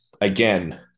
again